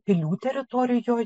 pilių teritorijoj